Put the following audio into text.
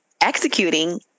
executing